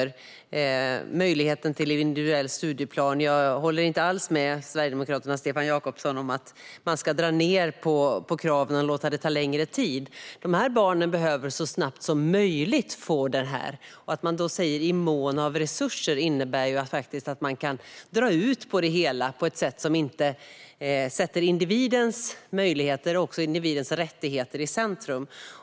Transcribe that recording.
När det gäller möjligheten till individuell studieplan håller jag inte alls med Sverigedemokraternas Stefan Jakobsson om att man ska dra ned på kraven och låta det ta längre tid. De här barnen behöver få detta så snabbt som möjligt. Att säga att man ska göra det "i mån av möjlighet" innebär att man kan dra ut på det hela på ett sätt som inte sätter individens möjligheter och rättigheter i centrum.